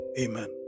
Amen